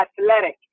athletic